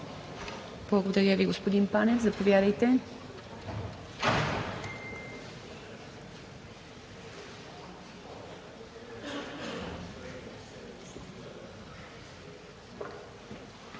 Благодаря Ви. Господин Кадиев, заповядайте.